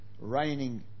reigning